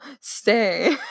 stay